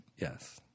Yes